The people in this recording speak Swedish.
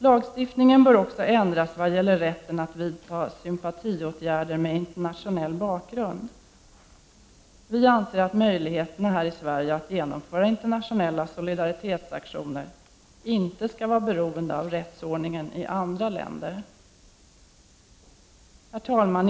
Lagstiftningen bör också ändras vad gäller rätten att mot internationell bakgrund vidta sympatiåtgärder. Vi anser att möjligheterna här i Sverige att genomföra internationella solidaritetsaktioner inte skall vara beroende av rättsordningen i andra länder. Herr talman!